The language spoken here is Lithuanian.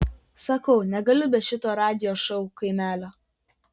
sakau negaliu be šito radijo šou kaimelio